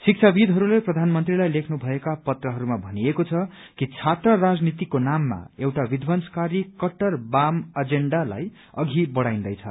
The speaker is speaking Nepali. शिक्षाविद्हरूले प्रधानमन्त्रीलाई लेख्नु षएका पत्रहरूमा भनिएको छ कि छात्र राजनीतिका नाममा एउटा विध्वंशकारी कहर वाम एजेण्डालाई अघि बढ़ाइन्दैछ